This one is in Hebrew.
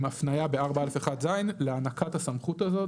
הפנייה ב-4א(1)(ז) להענקת הסמכות הזאת.